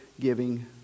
giving